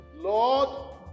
Lord